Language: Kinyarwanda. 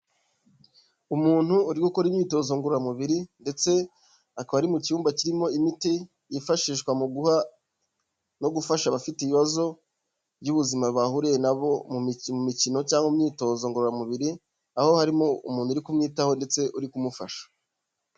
Umuntu uri gukora imyitozo ngororamubiri ndetse akaba ari mu cyumba kirimo imiti yifashishwa mu guha no gufasha abafite ibibazo by'ubuzima bahuriye na bo mu mikino cyangwa mu myitozo ngororamubiri, aho harimo umuntu uri kumwitaho ndetse uri kumufasha.